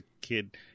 kid